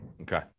Okay